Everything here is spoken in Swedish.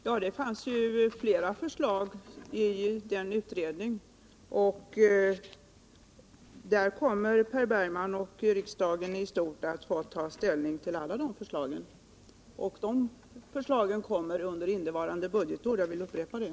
Herr talman! Det fanns flera förslag i utredningen. Per Bergman och riksdagen i stort kommer att få ta ställning till alla dessa förslag. De kommer inom innevarande budgetår — jag vill upprepa det.